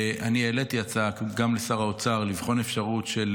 אני העליתי הצעה גם לשר האוצר לבחון אפשרות של